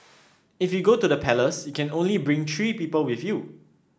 if you go to the palace you can only bring three people with you